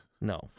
No